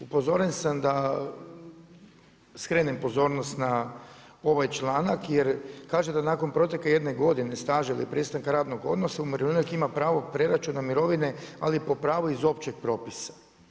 Upozoren sam da skrenem pozornost na ovaj članak jer kaže da nakon proteka jedne godine staža ili prestanka radnog odnosa umirovljenik ima pravo preračuna mirovine ali po pravu iz općeg propisa.